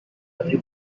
every